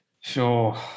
Sure